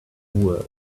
word